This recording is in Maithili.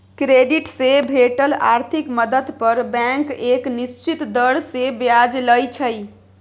क्रेडिट से भेटल आर्थिक मदद पर बैंक एक निश्चित दर से ब्याज लइ छइ